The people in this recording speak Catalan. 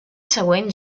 següent